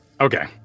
Okay